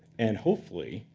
and hopefully,